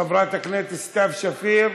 חברת הכנסת סתיו שפיר,